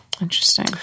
Interesting